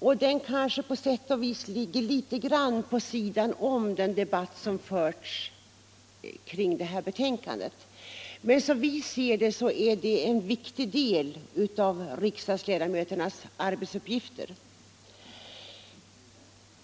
vilken kanske på sätt och vis ligger litet vid sidan om den debatt som har förts kring detta betänkande. Men som vi ser det rör den en viktig del av riksdagsledamöternas arbetsuppgifter.